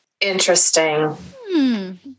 interesting